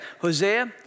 Hosea